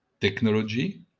technology